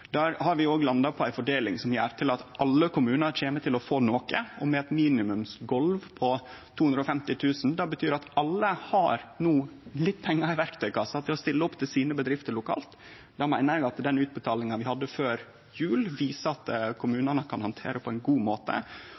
Der har vi landa på ei fordeling som gjer at alle kommunar kjem til å få noko, og med eit minimumsgolv på 250 000 kr. Det betyr at alle no har litt pengar i verktøykassa til å stille opp for sine bedrifter lokalt. Den utbetalinga vi hadde før jul, meiner eg viser at kommunane kan handtere det på ein god måte,